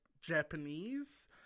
Japanese